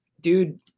Dude